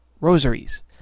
rosaries